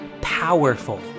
powerful